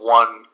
one